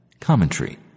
Commentary